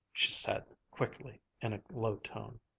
she said quickly, in a low tone.